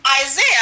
Isaiah